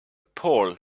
paul